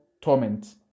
torment